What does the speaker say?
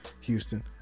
Houston